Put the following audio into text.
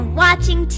watching